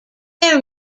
their